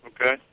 Okay